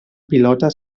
pilota